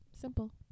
Simple